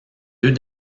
deux